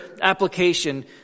application